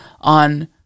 on